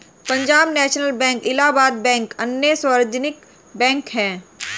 Punjab national bank Allahabad bank अन्य सार्वजनिक bank है